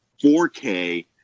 4K